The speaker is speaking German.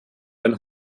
ein